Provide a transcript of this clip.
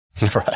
Right